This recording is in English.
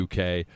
UK